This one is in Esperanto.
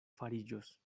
fariĝos